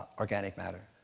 organic matter.